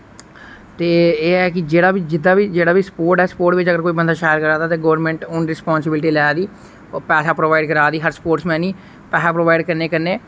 ते एह् ऐ कि जेह्ड़ा बी जिह्दा जेह्ड़ा वि स्पोर्ट ऐ स्पोर्ट विच अगर कोई बंदा शैल करा दा ते गोरमैंट हुन रिस्पांसिबिलिटी लै दी पैसा प्रोवाइड करा दी हर स्पोर्ट्समैन ही पैसा प्रोवाइड करने कन्नै